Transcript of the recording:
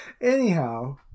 anyhow